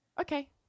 okay